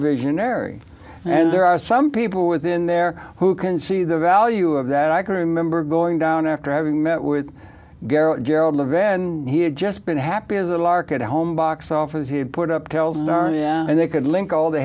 visionary and there are some people within there who can see the value of that i can remember going down after having met with garo gerald levin he had just been happy as a lark at home box office he had put up killed learning and they could link all the